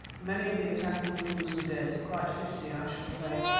many of the attacking zulus were dead quite fifty i should say,